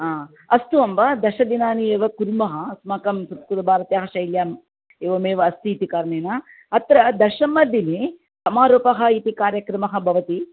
हा अस्तु अम्ब दशदिनानि एव कुर्मः अस्माकं संस्कृतभारत्याः शैल्याम् एवमेव अस्ति इति कारणेन अत्र दशमदिने समारोपः इति कार्यक्रमः भवति